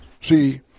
See